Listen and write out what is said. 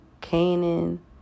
Canaan